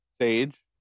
Sage